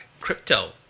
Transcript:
crypto